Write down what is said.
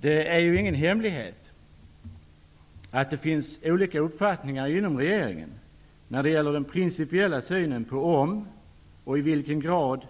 Det är ingen hemlighet att det råder olika uppfattningar inom regeringen när det gäller den principiella synen på om och i vilken grad